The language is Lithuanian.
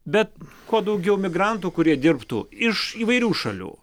bet kuo daugiau migrantų kurie dirbtų iš įvairių šalių